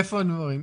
איפה הדברים,